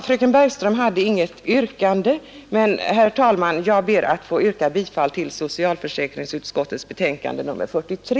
Fröken Bergström hade inget annat yrkande än om bifall till utskottets hemställan, och även jag, herr talman, ber att få yrka bifall till utskottets hemställan.